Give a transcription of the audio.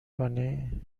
کنی